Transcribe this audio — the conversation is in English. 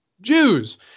Jews